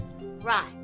Right